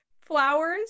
Flowers